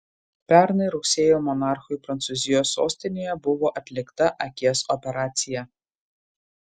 pernai rugsėjį monarchui prancūzijos sostinėje buvo atlikta akies operacija